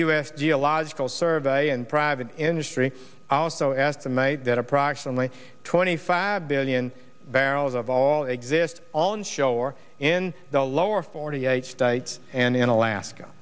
s geological survey and private industry so estimate that approximately twenty five billion barrels of all exist all in show or in the lower forty eight states and in alaska